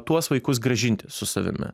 tuos vaikus grąžinti su savimi